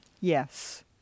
Yes